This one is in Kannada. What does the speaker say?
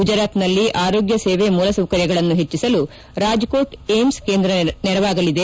ಗುಜರಾತ್ನಲ್ಲಿ ಆರೋಗ್ನ ಸೇವೆ ಮೂಲಸೌಕರ್ಯಗಳನ್ನು ಹೆಚ್ಚಿಸಲು ರಾಜ್ಕೋಟ್ ಏಮ್ನ ಕೇಂದ್ರ ನೆರವಾಗಲಿದೆ